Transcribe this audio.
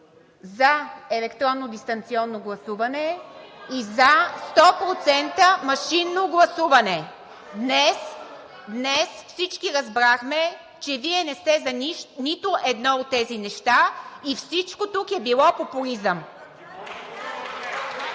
за електронно дистанционно гласуване и за 100% машинно гласуване! Днес всички разбрахме, че не сте за нито едно от тези неща и всичко тук е било популизъм!